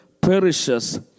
perishes